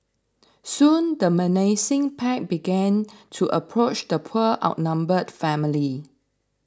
soon the menacing pack began to approach the poor outnumbered family